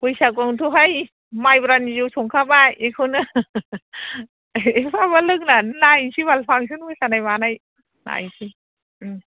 बैसागुआवनथ'हाय माइब्रानि जौ संखाबाय इखौनो लोंनानै नायनसै बाल फांसन मोसानाय मानाय नायनसै